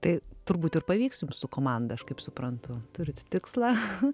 tai turbūt ir pavyksjums su komanda aš kaip suprantu turit tikslą